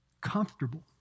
comfortable